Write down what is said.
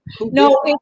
No